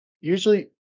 usually